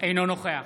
אינו נוכח